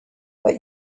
but